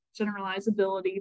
generalizability